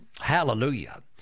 Hallelujah